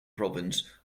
province